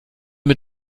mit